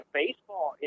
baseball